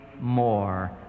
more